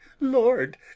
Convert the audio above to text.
lord